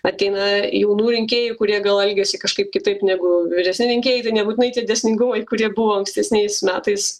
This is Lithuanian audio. ateina jaunų rinkėjų kurie gal elgiasi kažkaip kitaip negu vyresni rinkėjai tai nebūtinai tie dėsningumai kurie buvo ankstesniais metais